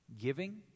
Giving